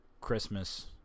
Christmas